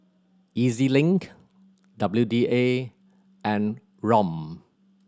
E Z Link W D A and ROM